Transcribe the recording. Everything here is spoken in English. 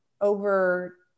over